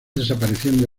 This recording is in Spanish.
desapareciendo